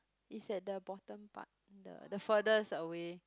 is at the bottom part the the furthest away